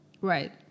right